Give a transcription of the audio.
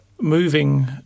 moving